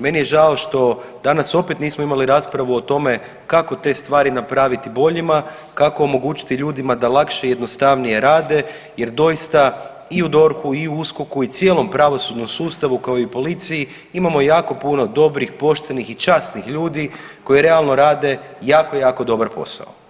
meni je žao što danas opet nismo imali raspravu o tome kako te stvari napraviti boljima, kako omogućiti ljudima da lakše i jednostavnije rade, jer doista i u DORH-u i u USKOK-u i cijelom pravosudnom sustavu kao i u policiji imamo jako puno dobrih, poštenih i časnih ljudi koji realno rade jako, jako dobar posao.